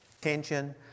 Tension